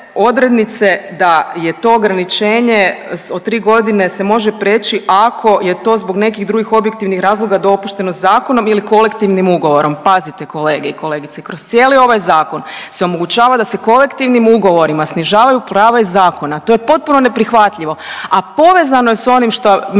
da je to ograničenje od tri godine se može priječi ako je to zbog nekih drugih objektivnih razloga dopušteno zakonom ili kolektivnim ugovorom. Pazite kolege i kolegice, kroz cijeli ovaj zakon se omogućava da se kolektivnim ugovorima snižavaju prava iz zakona. To je potpuno neprihvatljivo, a povezano je sa onim šta